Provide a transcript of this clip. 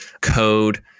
code